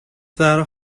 زهرا